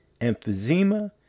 emphysema